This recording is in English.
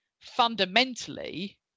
fundamentally